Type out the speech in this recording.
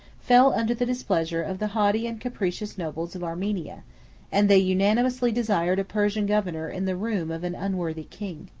fell under the displeasure of the haughty and capricious nobles of armenia and they unanimously desired a persian governor in the room of an unworthy king.